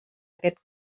aquest